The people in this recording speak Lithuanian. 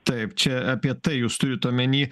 taip čia apie tai jūs turit omeny